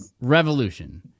Revolution